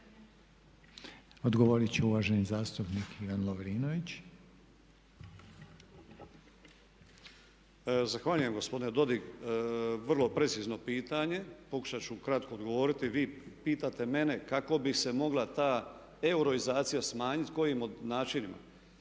Odgovorit će uvaženi zastupnik Ivan Lovrinović. **Lovrinović, Ivan (MOST)** Zahvaljujem gospodine Dodig, vrlo precizno pitanje. Pokušat ću ukratko odgovoriti. Vi pitate mene kako bi se mogla ta euroizacija smanjiti kojim načinima.